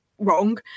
wrong